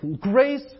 Grace